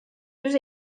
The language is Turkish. yüz